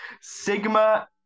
Sigma